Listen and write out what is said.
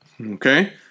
Okay